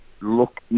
look